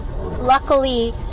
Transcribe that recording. Luckily